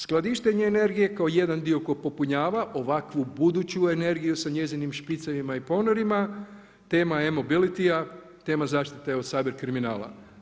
Skladištenje energije kao jedan dio koji popunjava ovakvu buduću energiju sa njezinim špicevima i ponorima tema emobilitia, a tema zaštite od cyber kriminala.